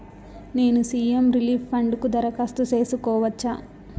నేను CM relief fund కు దరఖాస్తు సేసుకోవచ్చా?